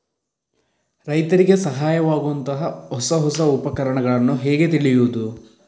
ರೈತರಿಗೆ ಸಹಾಯವಾಗುವಂತಹ ಹೊಸ ಹೊಸ ಉಪಕರಣಗಳನ್ನು ಹೇಗೆ ತಿಳಿಯುವುದು?